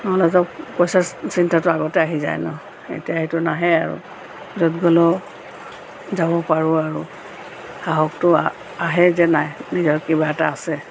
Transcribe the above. মই নাজাওঁ পাইচা চিন্তাটো আগতে আহি যায় ন এতিয়া সেইটো নাহে আৰু য'ত গ'লেও যাব পাৰোঁ আৰু সাহসটো আ আহে যে নাই নিজৰ কিবা এটা আছে